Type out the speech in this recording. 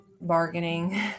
bargaining